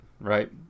right